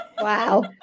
Wow